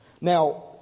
Now